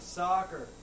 soccer